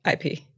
ip